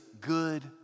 good